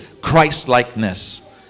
Christ-likeness